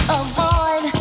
avoid